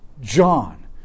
John